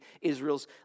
Israel's